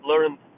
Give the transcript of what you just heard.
learned